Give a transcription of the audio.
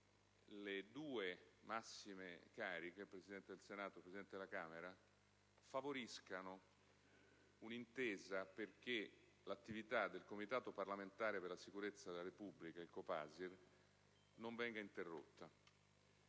le due massime cariche dello Stato, il Presidente del Senato e il Presidente della Camera, favoriscano un'intesa affinché l'attività del Comitato parlamentare per la sicurezza della Repubblica, il Copasir, non venga interrotta.